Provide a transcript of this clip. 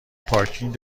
پارکینگ